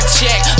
check